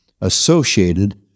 associated